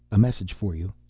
a message for you.